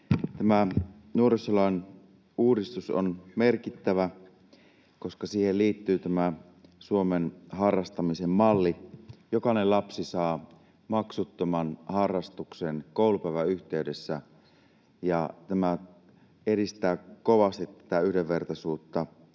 Tämä nuorisolain uudistus on merkittävä, koska siihen liittyy tämä harrastamisen Suomen malli. Jokainen lapsi saa maksuttoman harrastuksen koulupäivän yhteydessä, ja tämä edistää kovasti yhdenvertaisuutta,